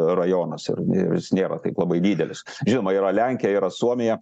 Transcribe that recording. rajonas ir jis nėra taip labai didelis žinoma yra lenkija yra suomija